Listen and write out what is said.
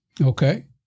Okay